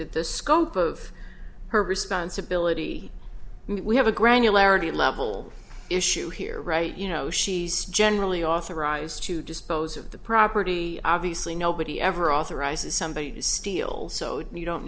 that the scope of her responsibility we have a granularity level issue here right you know she's generally authorized to dispose of the property obviously nobody ever authorizes somebody to steal so you don't